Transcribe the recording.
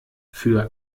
für